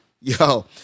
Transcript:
yo